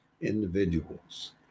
individuals